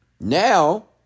Now